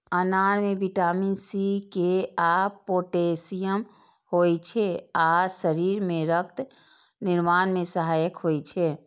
अनार मे vitamin C, के आ पोटेशियम होइ छै आ शरीर मे रक्त निर्माण मे सहायक होइ छै